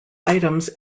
items